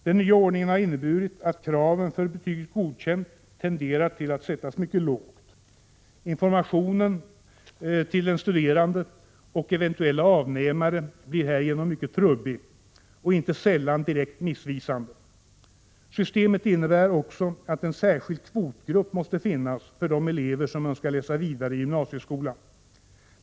Den nya ordningen har inneburit att kraven för betyget godkänd tenderat till att sättas mycket lågt. Informationen till den studerande och eventuella avnämare blir därigenom mycket trubbig och inte sällan direkt missvisande. Systemet innebär också att en särskild kvotgrupp måste finnas för de elever som önskar läsa vidare i gymnasieskolan.